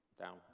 Down